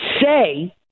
say